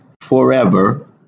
forever